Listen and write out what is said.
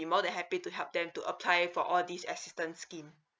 more than happy to help them to apply for all these assistance scheme